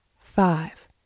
five